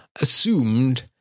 assumed